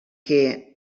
que